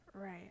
Right